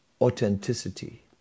authenticity